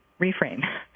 reframe